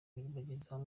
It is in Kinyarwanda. kubagezaho